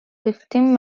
fifteen